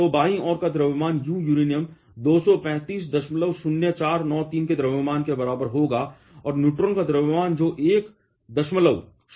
तो बाईं ओर का द्रव्यमान U यूरेनियम 2350493 के द्रव्यमान के बराबर होगा और न्यूट्रॉन का द्रव्यमान जो 1008665 है